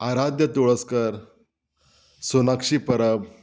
Aaradhya Tulaskar Sonakshi Parab